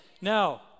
now